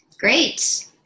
Great